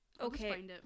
Okay